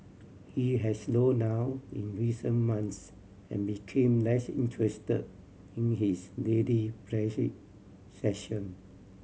he had slowed down in recent months and became less interested in his daily session